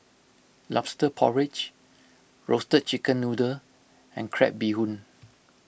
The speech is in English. Lobster Porridge Roasted Chicken Noodle and Crab Bee Hoon